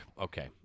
okay